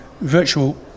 Virtual